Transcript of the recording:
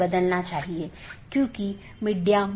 बल्कि कई चीजें हैं